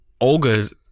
Olga's